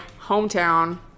hometown